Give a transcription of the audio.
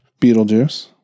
Beetlejuice